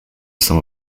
some